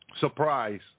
Surprise